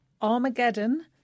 armageddon